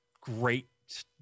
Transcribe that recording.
great